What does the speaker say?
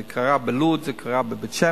זה קרה בלוד, זה קרה בבית-שמש,